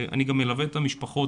אני גם מלווה את המשפחות,